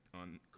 on